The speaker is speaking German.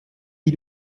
wie